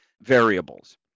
variables